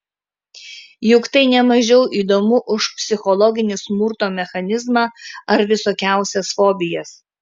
juk tai ne mažiau įdomu už psichologinį smurto mechanizmą ar visokiausias fobijas